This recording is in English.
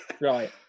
right